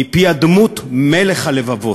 מפי הדמות: מלך הלבבות.